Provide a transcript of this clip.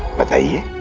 but you